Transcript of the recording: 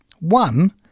one